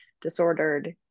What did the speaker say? disordered